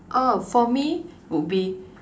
oh for me would be